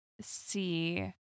see